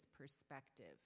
perspective